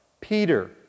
Peter